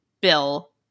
Bill